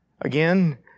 Again